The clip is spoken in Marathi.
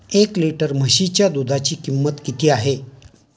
एक लिटर म्हशीच्या दुधाची किंमत किती आहे?